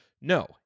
No